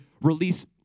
release